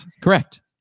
Correct